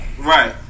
Right